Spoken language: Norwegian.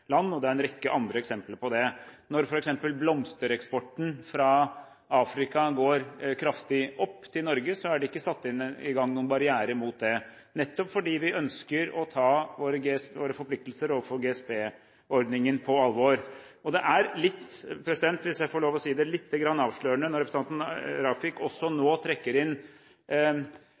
og det er en rekke andre eksempler på det. Når f.eks. blomstereksporten fra Afrika til Norge går kraftig opp, er det ikke satt i gang noen barrierer mot det, nettopp fordi vi ønsker å ta våre forpliktelser overfor GSP-ordningen på alvor. Det er – hvis jeg får lov å si det – lite grann avslørende når representanten Rafiq også nå trekker inn